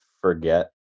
forget